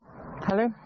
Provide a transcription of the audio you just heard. Hello